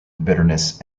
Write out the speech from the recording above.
bitterness